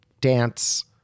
dance